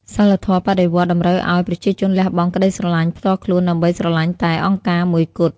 សីលធម៌បដិវត្តន៍តម្រូវឱ្យប្រជាជនលះបង់ក្តីស្រឡាញ់ផ្ទាល់ខ្លួន ដើម្បីស្រឡាញ់តែ "អង្គការ" មួយគត់។